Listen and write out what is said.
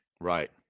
Right